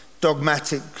dogmatic